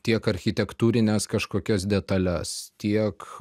tiek architektūrines kažkokias detales tiek